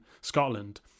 Scotland